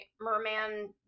merman